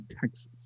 Texas